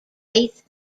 eighth